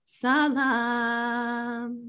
salam